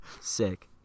Sick